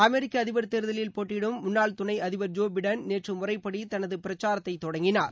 அமெரிக்க அதிபர் தேர்தலில் போட்டியிடும் முன்னாள் துணை அதிபர் ஜோ பிடன் நேற்று முறைப்படி தனது பிரச்சாரத்தைத் தொடங்கினார்